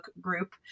group